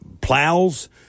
plows